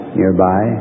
nearby